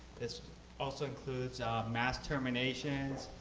this also includes mass terminations,